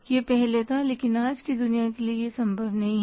यह पहले था लेकिन आज की दुनिया के लिए यह संभव नहीं है